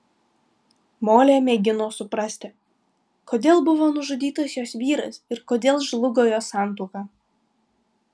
molė mėgino suprasti kodėl buvo nužudytas jos vyras ir kodėl žlugo jos santuoka